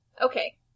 Okay